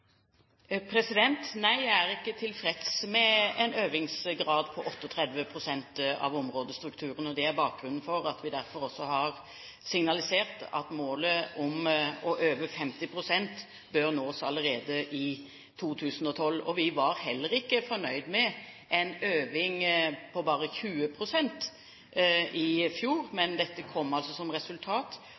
Nei, jeg er ikke tilfreds med en øvingsgrad på 38 pst. av områdestrukturen. Det er bakgrunnen for at vi også har signalisert at målet om å øve 50 pst. bør nås allerede i 2012. Vi var heller ikke fornøyd med en øving på bare 20 pst. i fjor, men det kom som resultat